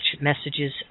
Messages